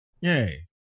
Yay